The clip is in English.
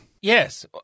Yes